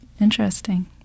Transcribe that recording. Interesting